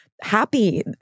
happy